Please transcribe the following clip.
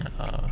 uh